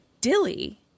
Dilly